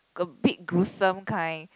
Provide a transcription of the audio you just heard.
a bit gruesome kind